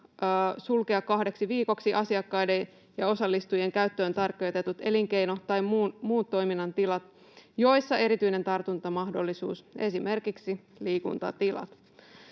sulkea kahdeksi viikoksi asiakkaiden ja osallistujien käyttöön tarkoitetut elinkeino- tai muun toiminnan tilat, joissa on erityinen tartuntamahdollisuus, esimerkiksi liikuntatilat.